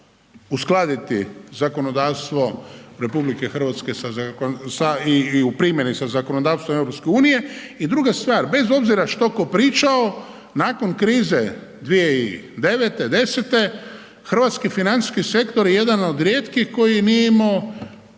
uskladiti zakonodavstvo RH sa i u primjeni sa zakonodavstvom EU. I druga stvar, bez obzira što tko pričao, nakon krize 2009, 2010. hrvatski financijski sektor je jedan od rijetkih koji nije imao